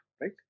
right